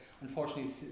unfortunately